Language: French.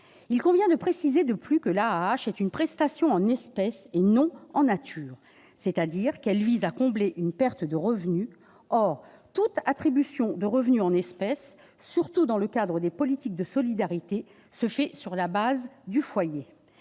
il convient de préciser que l'AAH est une prestation en espèces, et non en nature : elle vise à combler une perte de revenus. Or toute attribution de revenus en espèces, surtout dans le cadre des politiques de solidarité, est réalisée sur la base du foyer.